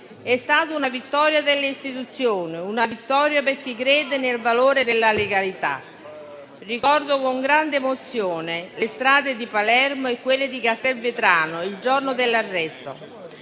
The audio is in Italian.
è stata una vittoria delle istituzioni, una vittoria per chi crede nel valore della legalità. Ricordo con grande emozione le strade di Palermo e quelle di Castelvetrano il giorno dell'arresto: